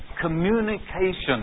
communication